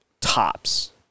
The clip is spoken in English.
tops